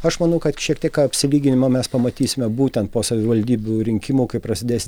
aš manau kad šiek tiek apsilyginimo mes pamatysime būtent po savivaldybių rinkimų kai prasidės